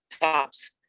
tops